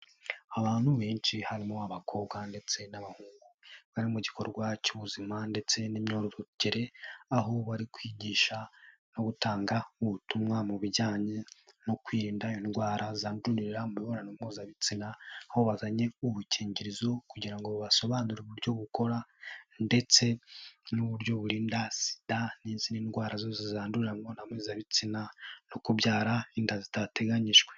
Abantu benshi harimo abakobwa ndetse n'abahungu bari mu gikorwa cy'ubuzima ndetse n'imyororokere, aho bari kwigisha no gutanga ubutumwa mu bijyanye no kwirinda indwara zandurira mu mibonano mpuzabitsina, aho bazanye udukingirizo kugira ngo basobanure uburyo bukora ndetse n'uburyo burinda sida n'izindi ndwara zose zandurira mu mibonano mpuzabitsina no kubyara inda zidateganyijwe.